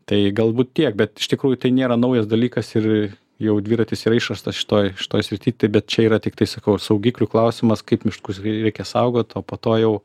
tai galbūt tiek bet iš tikrųjų tai nėra naujas dalykas ir jau dviratis yra išrastas šitoj šitoj srity tai bet čia yra tiktai sakau saugiklių klausimas kaip miškus reikia saugot o po to jau